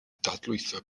dadlwytho